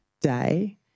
day